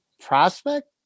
prospect